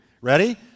Ready